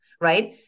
right